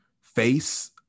face